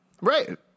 Right